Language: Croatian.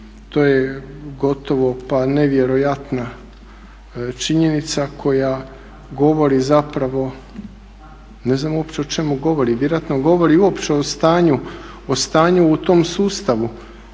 To je gotovo pa nevjerojatna činjenica koja govori zapravo ne znam uopće o čemu govori, vjerojatno govori uopće o stanju u tom sustavu.